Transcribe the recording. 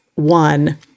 one